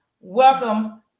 welcome